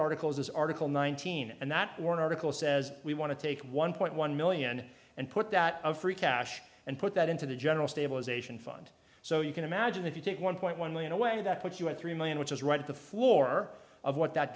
articles article nineteen and that one article says we want to take one point one million and put that of free cash and put that into the general stabilization fund so you can imagine if you take one point one million away that puts you at three million which is right at the floor of what that